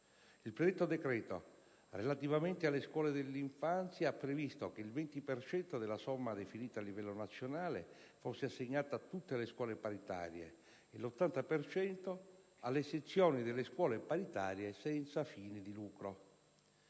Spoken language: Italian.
II predetto decreto, relativamente alle scuole dell'infanzia, ha previsto che il 20 per cento della somma definita a livello nazionale fosse assegnata a tutte le scuole paritarie e l'80 per cento alle sezioni delle scuole paritarie senza fini di lucro.